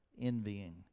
envying